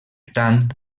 tant